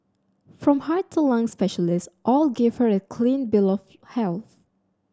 from heart to lung specialists all gave her a clean bill of health